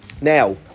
Now